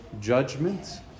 judgment